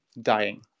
dying